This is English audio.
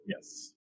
Yes